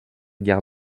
guerre